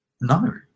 no